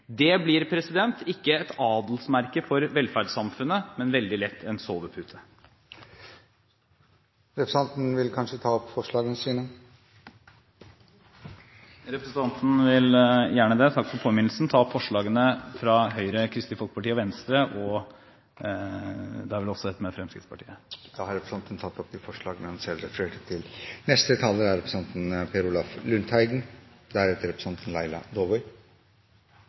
Det blir ikke et adelsmerke for velferdssamfunnet, men veldig lett en sovepute. Representanten vil kanskje ta opp forslag? Representanten vil gjerne – takk for påminnelsen – ta opp forslagene fra Høyre og Kristelig Folkeparti. Representanten Torbjørn Røe Isaksen har tatt opp de forslag han refererte til. Tiltak for å forhindre at de unge faller permanent utenfor arbeidslivet, er et utrolig viktig tema. Det er